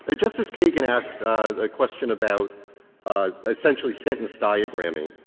ah justice kagan asked a question about essentially sentence diagramming.